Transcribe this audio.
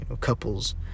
couples